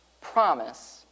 promise